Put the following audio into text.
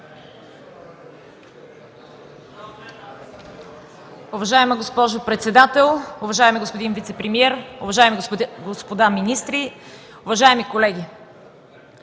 Уважаема госпожо председател, уважаеми господин вицепремиер, уважаеми господа министри, уважаеми колеги!